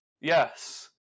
Yes